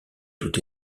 tout